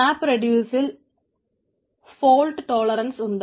മാപ്പ് റെഡ്യൂസിൽ fault tolerance ഉണ്ട്